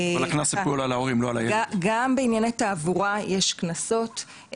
גם בענייני תעבורה יש קנסות,